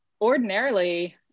ordinarily